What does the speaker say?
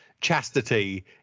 chastity